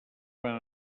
van